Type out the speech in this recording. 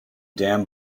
dam